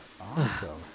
awesome